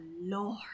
Lord